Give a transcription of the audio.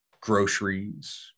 groceries